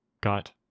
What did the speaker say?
got